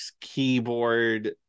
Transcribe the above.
keyboard